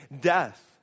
death